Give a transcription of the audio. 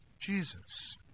Jesus